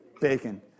bacon